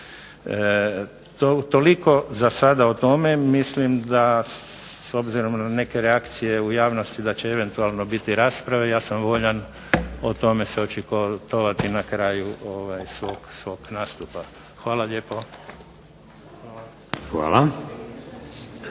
Toliko zasada o tome. Mislim da s obzirom na neke reakcije u javnosti da će eventualno biti rasprave, ja sam voljan o tome se očitovati na kraju svog nastupa. Hvala lijepo.